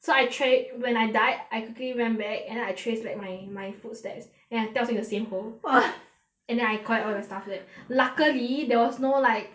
so I tried when I died I quickly went back and then I trace back my my footsteps and then I 掉进 the same hole !wah! and then I collect all my stuff back luckily there was no like